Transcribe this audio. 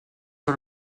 sur